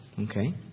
Okay